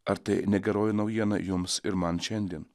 ar tai ne geroji naujiena jums ir man šiandien